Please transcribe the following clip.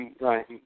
Right